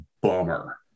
bummer